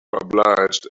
obliged